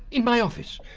in my office!